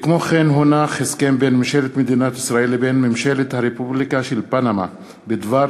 הסכם בין ממשלת מדינת ישראל לבין ממשלת הרפובליקה של פנמה בדבר